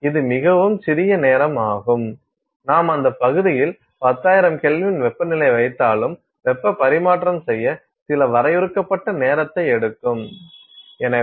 இது மிகவும் சிறிய நேரமாகும் நாம் அந்த பகுதியில் 10000K வெப்பநிலை வைத்தாலும் வெப்ப பரிமாற்றம் செய்ய சில வரையறுக்கப்பட்ட நேரத்தை எடுக்கும்